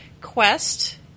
quest